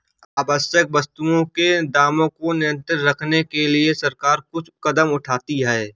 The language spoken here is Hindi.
आवश्यक वस्तुओं के दामों को नियंत्रित रखने के लिए सरकार कुछ कदम उठाती है